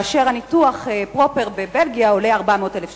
והניתוח פרופר בבלגיה עולה 400,000 שקל.